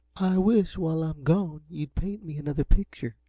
i wish, while i'm gone, you'd paint me another picture.